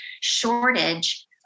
shortage